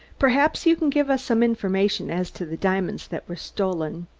perhaps you can give us some information as to the diamonds that were stolen?